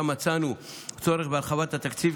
ששם מצאנו צורך בהרחבת התקציב.